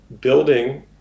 building